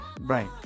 Right